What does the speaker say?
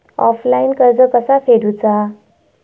Offline कर्ज कसा फेडूचा?